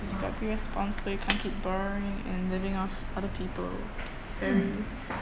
because you're responsible you can't keep borrowing and living off other people very